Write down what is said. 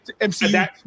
MCU